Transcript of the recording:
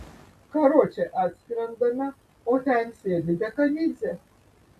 karoče atskrendame o ten sėdi dekanidzė